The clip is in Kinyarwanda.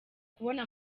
kubona